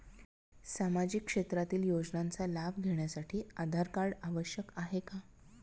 सामाजिक क्षेत्रातील योजनांचा लाभ घेण्यासाठी आधार कार्ड आवश्यक आहे का?